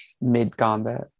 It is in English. Mid-combat